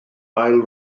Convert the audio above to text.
ail